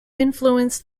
influence